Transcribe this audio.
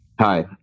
hi